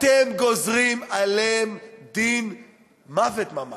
אתם גוזרים עליהם דין מוות, ממש,